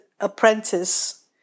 apprentice